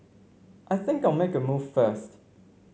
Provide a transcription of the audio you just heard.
I think I'll make a move first